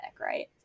right